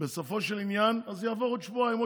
בסופו של עניין יעברו עוד שבועיים,